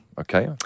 Okay